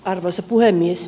arvoisa puhemies